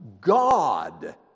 God